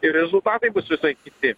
ir rezultatai bus visai kiti